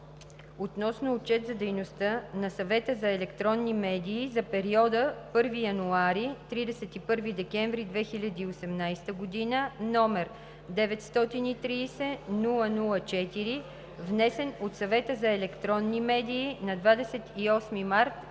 относно Отчет за дейността на Съвета за електронни медии за периода 1 януари – 31 декември 2018 г., № 930-00-4, внесен от Съвета за електронни медии на 28 март